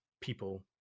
people